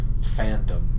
fandom